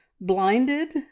blinded